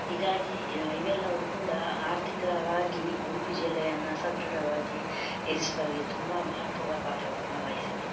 ಹೀಗಾಗಿ ಇವೆಲ್ಲವು ಕೂಡ ಆರ್ಥಿಕವಾಗಿ ಉಡುಪಿ ಜಿಲ್ಲೆಯನ್ನು ಸದೃಢವಾಗಿ ಇರಿಸುವಲ್ಲಿ ತುಂಬ ಮಹತ್ವದ ಪಾತ್ರವನ್ನು ವಹಿಸಿದೆ